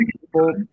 people